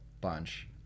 bunch